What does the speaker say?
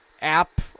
app